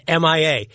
MIA